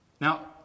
Now